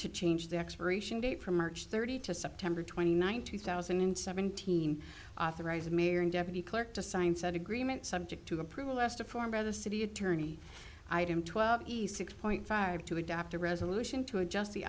to change the expiration date from march thirty to september twenty ninth two thousand and seventeen authorized the mayor and deputy clerk to sign said agreement subject to approval asked of former the city attorney item twelve east six point five to adopt a resolution to adjust the